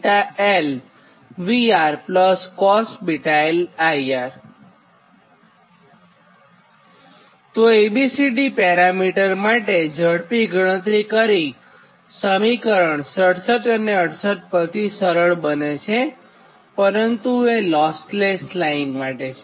તો A B C D parameter માટે ઝડપી ગણતરી સમીકરણ 67 અને 68 એ પરથી સરળ છે પરંતુ એ લોસ લેસ લાઇન માટે છે